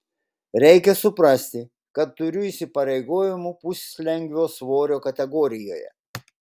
reikia suprasti kad turiu įsipareigojimų puslengvio svorio kategorijoje